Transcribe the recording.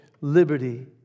liberty